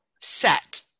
set